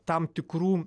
tam tikrų